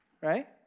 right